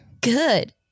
Good